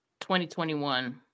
2021